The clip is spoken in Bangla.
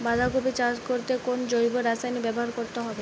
বাঁধাকপি চাষ করতে কোন জৈব রাসায়নিক ব্যবহার করতে হবে?